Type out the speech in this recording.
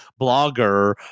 blogger